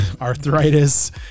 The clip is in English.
arthritis